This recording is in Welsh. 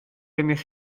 gennych